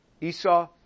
Esau